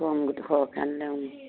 সৰহকৈ আনিলে